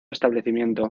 establecimiento